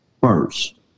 first